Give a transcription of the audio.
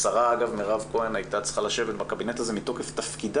השרה מרב כהן הייתה צריכה לשבת בקבינט הזה מתוקף תפקידה,